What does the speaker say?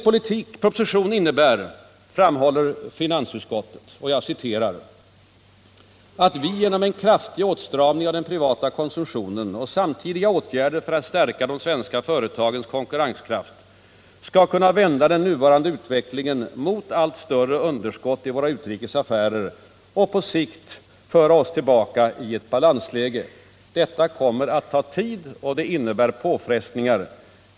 Propositionen innebär — framhåller finansutskottet — ”att vi genom en kraftig åtstramning av den privata konsumtionen och samtidiga åtgärder för att stärka de svenska företagens konkurrenskraft skall kunna vända den nuvarande utvecklingen mot allt större underskott i våra utrikes affärer och på sikt föra oss tillbaka i ett balansläge. Detta kommer att ta tid och innebära påfrestningar.